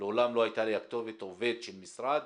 לעולם לא הייתה לי הכתובת עובד של משרד,